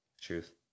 truth